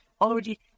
already